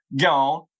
gone